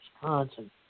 Wisconsin